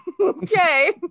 okay